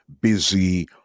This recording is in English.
Busy